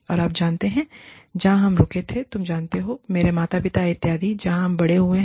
और आप जानते हैंजहाँ हम रुके थे तुम जानते हो मेरे माता पिता इत्यादि जहाँ हम बड़े हुए हैं